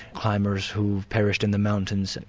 climbers who've perished in the mountains.